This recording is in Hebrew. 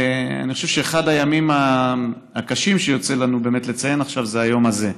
אחד הימים הקשים שיוצא לנו לציין עכשיו זה היום הזה.